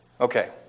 Okay